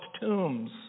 tombs